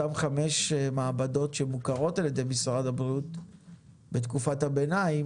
אותן חמש מעבדות שמוכרות על ידי משרד הבריאות בתקופת הביניים,